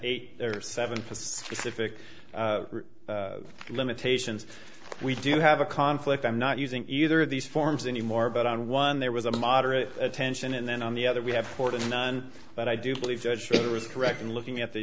eight or seven pacific limitations we do have a conflict i'm not using either of these forms anymore but on one there was a moderate attention and then on the other we have four to none but i do believe it was correct in looking at the